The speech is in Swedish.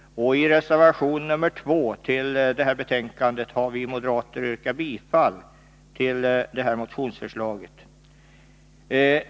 I reservation nr 2 vid det här betänkandet har vi moderater yrkat bifall till motionsförslaget.